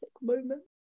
moment